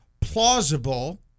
plausible